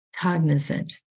Cognizant